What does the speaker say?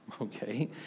okay